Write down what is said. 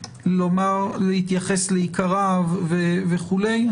את רוצה להתייחס לעיקריו וכולי?